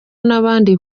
n’abandi